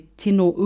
tino